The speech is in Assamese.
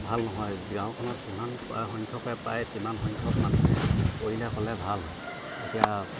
ভাল নহয় গাঁওখনত যিমান পাৰে সংখ্যকে পাৰে তিমান সংখ্যক মানুহে কৰিলে ক'লে ভাল হয় এতিয়া